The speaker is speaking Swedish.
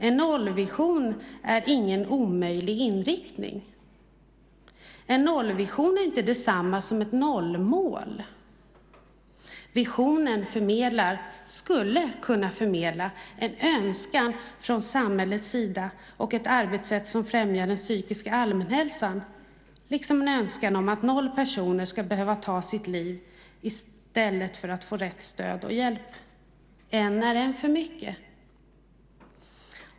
En nollvision är ingen omöjlig inriktning. En nollvision är inte detsamma som ett nollmål. Visionen förmedlar, skulle kunna förmedla, en önskan från samhällets sida och ett arbetssätt som främjar den psykiska allmänhälsan, liksom en önskan om att noll personer ska behöva ta sitt liv i stället för att få rätt stöd och hjälp. En är en för mycket.